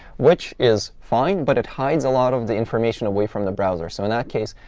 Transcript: which is fine. but it hides a lot of the information away from the browser. so in that case,